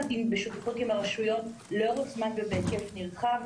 בשותפות עם הרשויות לאורך זמן ובהיקף נרחב.